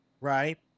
right